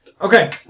Okay